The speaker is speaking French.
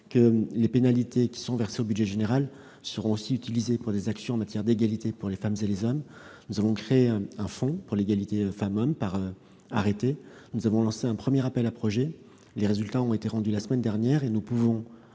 que les pénalités versées au budget général seront aussi utilisées pour des actions en matière d'égalité entre les femmes et les hommes. Nous avons créé un fonds pour l'égalité femmes-hommes par arrêté. Nous avons lancé un premier appel à projets, dont les résultats ont été rendus la semaine dernière. Nous pouvons,